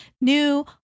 new